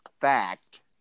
fact